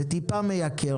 זה טיפה מייקר,